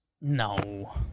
No